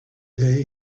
day